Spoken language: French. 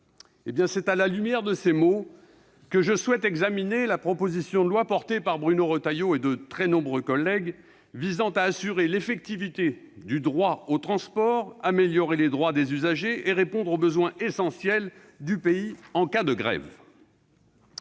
C'est à la lumière de ces mots que je souhaite examiner la proposition de loi, présentée par Bruno Retailleau et de très nombreux collègues, visant « à assurer l'effectivité du droit au transport, à améliorer les droits des usagers et à répondre aux besoins essentiels du pays en cas de grève